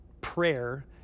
prayer